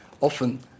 often